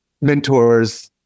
mentors